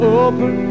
open